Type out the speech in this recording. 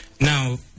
now